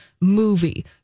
movie